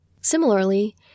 Similarly